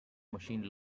machine